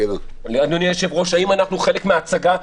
אדוני היושב-ראש, האם אנחנו חלק מהצגה?